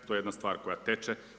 To je jedna stvar koja teče.